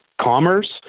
commerce